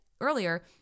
earlier